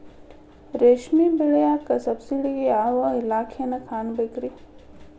ರೇಷ್ಮಿ ಬೆಳಿಯಾಕ ಸಬ್ಸಿಡಿಗೆ ಯಾವ ಇಲಾಖೆನ ಕಾಣಬೇಕ್ರೇ?